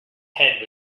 head